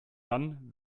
dann